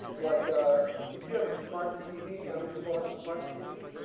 like ah if you have a smart tv, how many people have a smart tv?